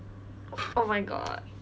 oh my god